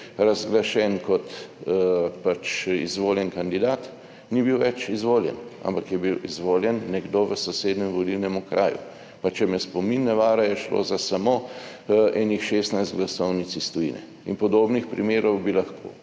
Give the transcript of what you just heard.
razglašen kot izvoljen kandidat, ni bil več izvoljen, ampak je bil izvoljen nekdo v sosednjem volilnem okraju, pa če me spomin ne vara, je šlo za samo enih 16 glasovnic iz tujine in podobnih primerov bi lahko